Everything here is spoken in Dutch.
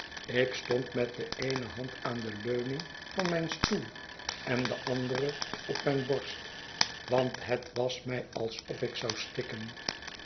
ik stond met de eene hand aan de leuning van mijn stoel en de andere op mijne borst want het was mij alsof ik zou stikken